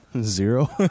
Zero